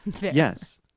Yes